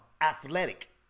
athletic